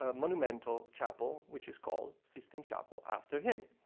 ah monumental chapel, which is called sistine chapel after him.